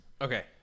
Okay